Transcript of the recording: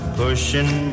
pushing